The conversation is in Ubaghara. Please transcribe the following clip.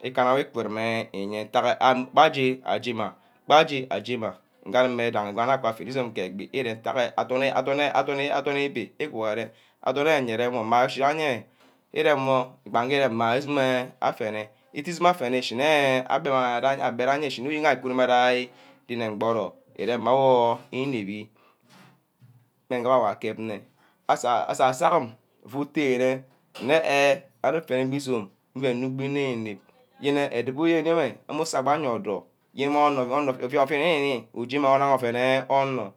ikana wor ikirimeh iye ntack hen gba aje, gba aje meh, gba aje aje na ke animn nge anouck afene izome ke-ka-ke ire meh ntageh adorn, adorn ador ebi ǒguhure, adorn eyeah irem wor mma achi ewe ireme wor gbage mmeh afene, it this izome afene nne abbeh ishineh uyuge ayo ishi-meh ke mburor, irem mma awor inebhi, megeh aba aua kep nideh, asasag gim iuu utu ire nne ke animkn mr-erne gear izome mmah uuck meh, yene edubor iye weh amusu gbag ye wor, yene omor afua uini, njema mmang ouen eh.